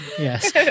Yes